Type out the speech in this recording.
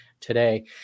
today